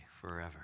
forever